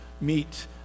meet